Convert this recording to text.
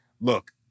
look